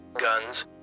guns